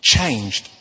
Changed